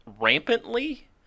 rampantly